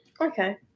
Okay